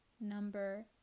number